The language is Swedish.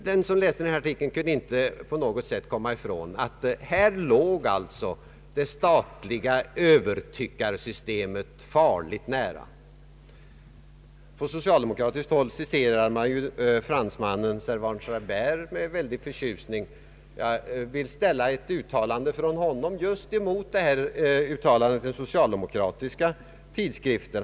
Den som läste den artikel där detta uttalande ingick kunde inte komma ifrån att här låg det statliga övertyckarsystemet farligt nära. På socialdemokratiskt håll citerar man med stor förtjustning fransmannen Servan Schreiber. Jag vill ställa ett uttalande av honom mot det socialdemokratiska i Tiden.